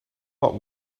lot